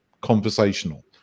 conversational